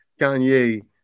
Kanye